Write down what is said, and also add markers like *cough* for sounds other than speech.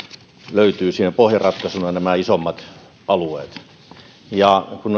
löytyy siinä pohjaratkaisuna nämä isommat alueet ja kun *unintelligible*